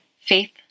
faith